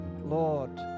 Lord